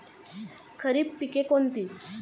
खरीप पिके कोणती?